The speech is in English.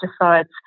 decides